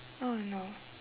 oh no